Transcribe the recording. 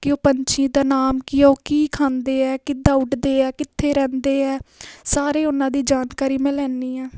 ਕਿ ਉਹ ਪੰਛੀ ਦਾ ਨਾਮ ਕੀ ਆ ਉਹ ਕੀ ਖਾਂਦੇ ਹੈ ਕਿੱਦਾਂ ਉੱਡਦੇ ਹੈ ਕਿੱਥੇ ਰਹਿੰਦੇ ਹੈ ਸਾਰੇ ਉਹਨਾਂ ਦੀ ਜਾਣਕਾਰੀ ਮੈਂ ਲੈਂਦੀ ਹਾਂ